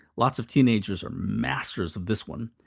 lots of teenagers are masters of this one.